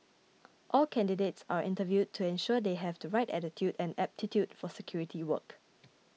all candidates are interviewed to ensure they have the right attitude and aptitude for security work